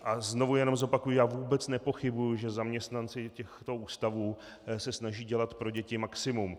A znovu jenom zopakuji, já vůbec nepochybuji, že zaměstnanci toho ústavu se snaží dělat pro děti maximum.